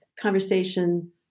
conversation